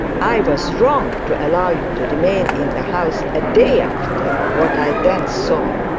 i was wrong to allow you to remain in the house a day after what i then saw.